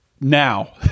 now